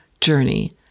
journey